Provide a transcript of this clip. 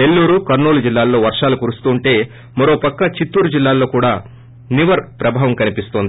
నెల్లూరు కర్నూలు జిల్లాల్లో వర్షాలు కురుస్తుంటే మరోపక్క చిత్తూరు జిల్లాలోనూ నివర్ ప్రభావం కనిపిస్తోంది